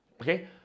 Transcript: Okay